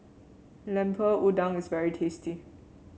Lemper Udang is very tasty